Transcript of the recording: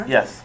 Yes